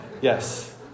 Yes